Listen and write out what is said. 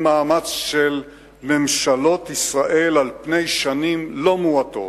מאמץ של ממשלות ישראל על פני שנים לא מועטות.